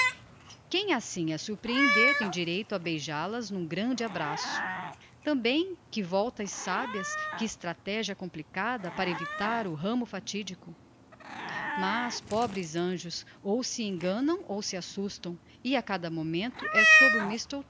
quem assim as surprehender tem direito a beija las n'um grande abraço tambem que voltas sabias que estrategia complicada para evitar o ramo fatidico mas pobres anjos ou se enganam ou se assustam e a cada momento